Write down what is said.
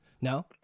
No